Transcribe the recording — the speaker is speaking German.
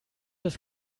das